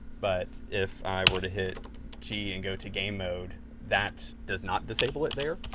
but if i were to hit g and go to game mode, that does not disable it there.